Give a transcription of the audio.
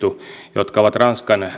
jotka ovat